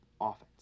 offense